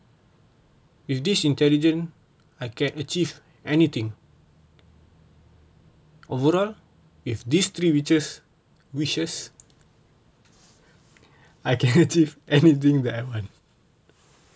if this intelligent I can achieve anything overall if this three witches wishes I can achieve anything that I want